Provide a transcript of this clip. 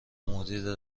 مدیر